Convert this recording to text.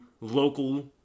local